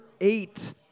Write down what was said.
eight